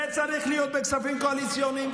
זה צריך להיות בכספים קואליציוניים?